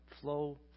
flow